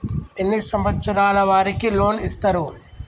ఎన్ని సంవత్సరాల వారికి లోన్ ఇస్తరు?